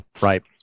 right